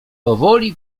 powoli